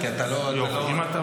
--- המרשם הפלילי.